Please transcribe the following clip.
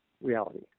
reality